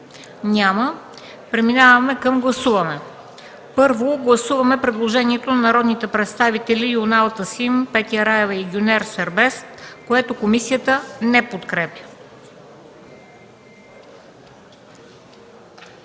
Няма. Преминаваме към гласуване. Първо, гласуваме предложението на народните представители Юнал Тасим, Петя Раева и Гюнер Сербест, което комисията не подкрепя.